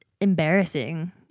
embarrassing